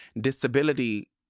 disability